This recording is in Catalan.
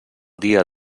dia